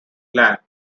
land